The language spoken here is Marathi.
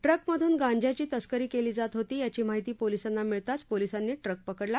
ट्रक मधून गांज्याची तस्करी केली जात होती यांची माहिती पोलिसांना मिळताच पोलीसांनी ट्रक पकडला